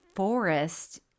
forest